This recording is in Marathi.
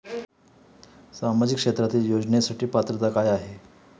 सामाजिक क्षेत्रांतील योजनेसाठी पात्रता काय आहे?